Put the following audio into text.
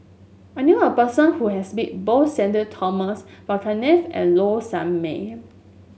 I knew a person who has met both Sudhir Thomas Vadaketh and Low Sanmay